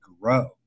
grow